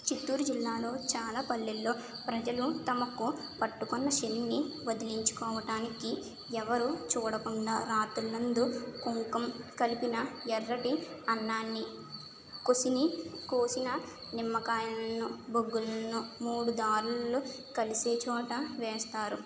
చిత్తూరు జిల్లాలో చాలా పల్లెల్లో ప్రజలు తమకు పట్టుకున్న శనిని వదిలించుకోవటానికి ఎవరు చూడకుండా రాత్రులందు కుంకుమ కలిపిన ఎర్రటి అన్నాన్ని కొన్ని కోసిన నిమ్మకాయలను బొగ్గుల్ను మూడు దారుల్లో కలిసే చోట వేస్తారు